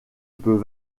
peut